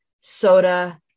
soda